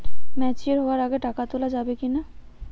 Mature হওয়ার আগে টাকা তোলা যাবে কিনা?